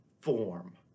form